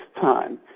time